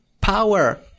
power